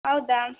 ಹೌದಾ